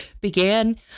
began